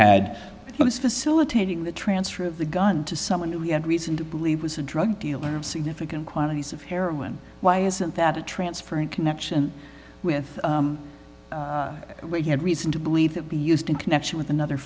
was facilitating the transfer of the gun to someone who he had reason to believe was a drug dealer significant quantities of heroin why isn't that a transfer in connection with what he had reason to believe be used in connection with another